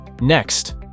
Next